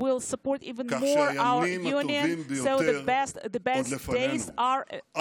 כך שהימים הטובים ביותר עוד לפנינו.